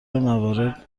موارد